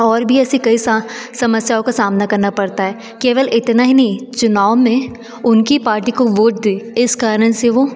और भी ऐसी कई सा समस्याओं का सामना करना पड़ता है केवल इतना ही नहीं चुनाव में उनकी पार्टी को वोट दें इस कारण से वह